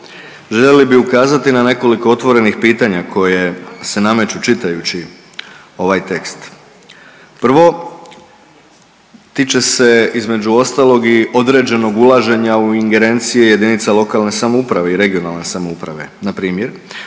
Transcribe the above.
željeli bi ukazati na nekoliko otvorenih pitanja koje se nameću čitajući ovaj tekst. Prvo, tiče se, između ostalog i određenog ulaženja u ingerencije jedinica lokalne samouprave i regionalne samouprave, primjer,